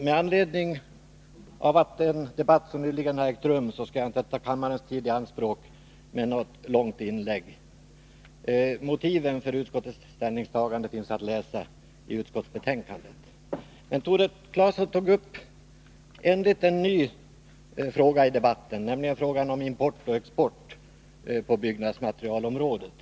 Med anledning av att en debatt nyligen ägt rum skall jag inte ta kammarens tidianspråk med något långt inlägg. Motiven för utskottets ställningstagande 123 återfinns i utskottets betänkande. Men Tore Claeson tog upp en ny fråga i sammanhanget, nämligen import och export på byggnadsmaterialområdet.